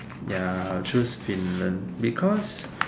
ya I'll choose Finland because